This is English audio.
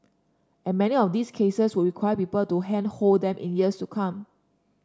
and many of these cases would require people to handhold them in years to come